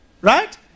Right